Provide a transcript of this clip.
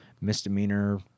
misdemeanor